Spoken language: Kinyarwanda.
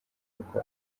kuko